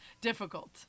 difficult